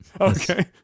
Okay